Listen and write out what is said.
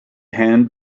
hand